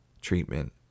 treatment